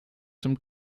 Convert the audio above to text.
some